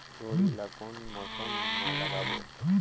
जोणी ला कोन मौसम मा लगाबो?